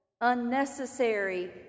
unnecessary